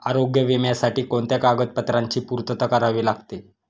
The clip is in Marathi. आरोग्य विम्यासाठी कोणत्या कागदपत्रांची पूर्तता करावी लागते?